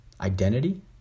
identity